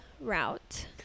route